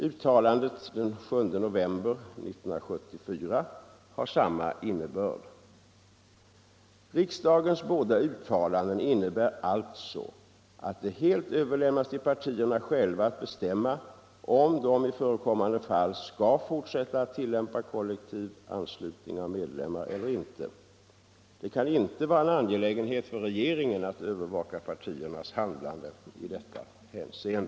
Uttalandet den 7 november 1974 har samma innebörd. Riksdagens båda uttalanden innebär alltså att det helt överlämnas till partierna själva att bestämma om de i förekommande fall skall fortsätta att tillämpa kollektiv anslutning av medlemmar eller inte. Det kan inte vara en angelägenhet för regeringen att övervaka partiernas handlande i detta hänseende.